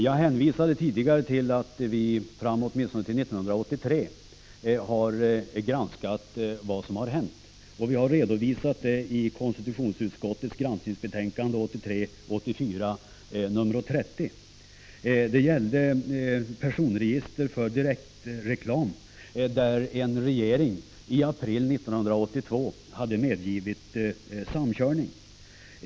Jag hänvisade tidigare till att vi har granskat vad som hänt till 1983, och vi har redovisat det i konstitutionsutskottets granskningsbetänkande 1983/84:30. 95 17 december 1985 medgivit samkörning.